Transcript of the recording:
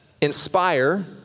inspire